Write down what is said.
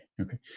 Okay